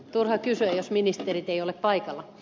turha kysyä jos ministerit eivät ole paikalla